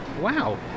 Wow